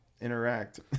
interact